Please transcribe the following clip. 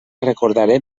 recordaré